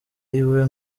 iwe